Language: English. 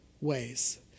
ways